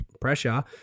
pressure